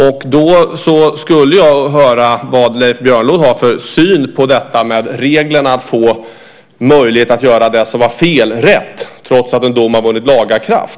Jag skulle vilja höra vad Leif Björnlod har för syn på reglerna för möjligheterna att göra det som var fel rätt trots att en dom vunnit laga kraft.